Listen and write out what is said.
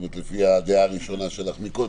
לפי הדעה הראשונה שלך מקודם.